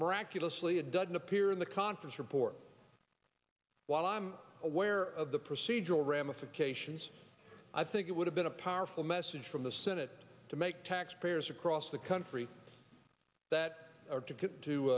miraculously it doesn't appear in the conference report while i'm aware of the procedural ramifications i think it would have been a powerful message from the senate to make taxpayers across the country that are to